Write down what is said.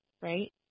right